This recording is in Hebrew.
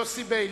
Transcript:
יוסי ביילין,